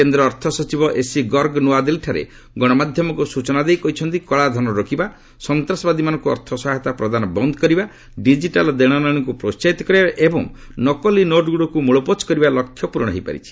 କେନ୍ଦ୍ର ଅର୍ଥ ସଚିବ ଏସସି ଗର୍ଗ ନ୍ତଆଦିଲ୍ଲୀଠାରେ ଗଣମାଧ୍ୟମକୁ ସୂଚନା ଦେଇ କହିଛନ୍ତି କଳାଧନ ରୋକିବା ସନ୍ତାସବାଦୀମାନଙ୍କୁ ଅର୍ଥ ସହାୟତା ପ୍ରଦାନ ବନ୍ଦ କରିବା ଡିଜିଟାଲ୍ ଦେଣନେଶକୁ ପ୍ରୋହାହିତ କରିବା ଏବଂ ନକଲି ନୋଟ୍ଗୁଡ଼ିକୁ ମୂଳପୋଛ କରିବା ଲକ୍ଷ୍ୟ ପୂରଣ ହୋଇପାରିଛି